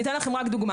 אני אתן לכם רק דוגמה.